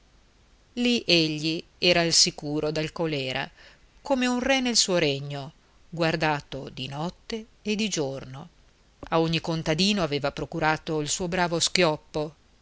lì egli era al sicuro dal colèra come un re nel suo regno guardato di notte e di giorno a ogni contadino aveva procurato il suo bravo schioppo